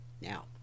Now